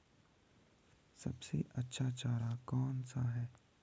सबसे अच्छा चारा कौन सा है?